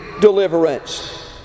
deliverance